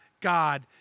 God